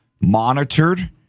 monitored